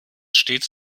stets